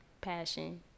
passion